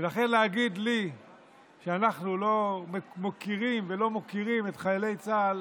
לכן, להגיד לי שאנחנו לא מוקירים את חיילי צה"ל